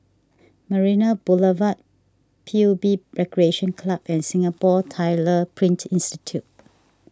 Marina Boulevard P U B Recreation Club and Singapore Tyler Print Institute